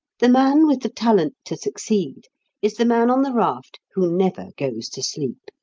the man with the talent to succeed is the man on the raft who never goes to sleep.